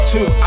Two